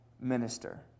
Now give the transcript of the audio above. minister